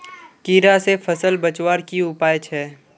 कीड़ा से फसल बचवार की उपाय छे?